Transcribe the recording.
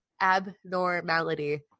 abnormality